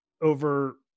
over